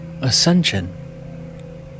ascension